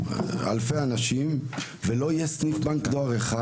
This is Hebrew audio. אלפי אנשים ולא יהיה סניף בנק דואר אחד.